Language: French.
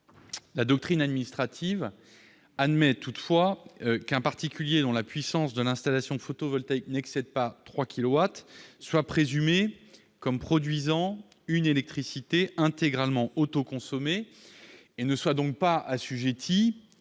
La doctrine administrative admet toutefois qu'un particulier dont la puissance de l'installation photovoltaïque n'excède pas 3 kilowatts crêtes soit présumé comme produisant une électricité intégralement autoconsommée et ne soit pas assujetti